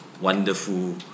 wonderful